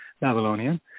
Babylonian